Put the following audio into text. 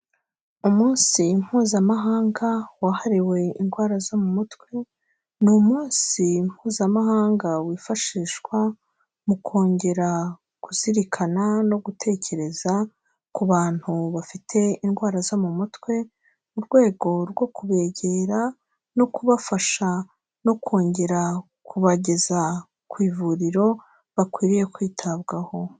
Umunsi mpuzamahanga wahariwe indwara zo mu mutwe ni umunsi mpuzamahanga wifashishwa mu kongera kuzirikana no gutekereza ku bantu bafite indwara zo mu mutwe, mu rwego rwo kubegera no kubafasha no kongera kubageza ku ivuriro bakwiriye kwitabwaho.